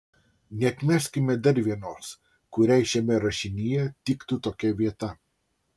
neatmeskime dar vienos kuriai šiame rašinyje tiktų tokia vieta